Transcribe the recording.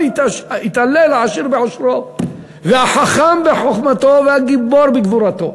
אל יתהלל העשיר בעושרו והחכם בחוכמתו והגיבור בגבורתו.